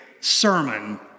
sermon